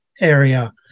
area